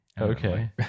Okay